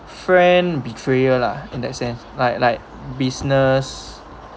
friend betrayal lah in that sense like like business